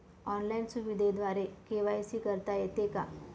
Online सुविधेद्वारे KYC करता येते का?